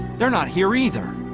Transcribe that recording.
they're not here either